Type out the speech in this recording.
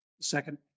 second